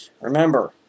Remember